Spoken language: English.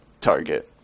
target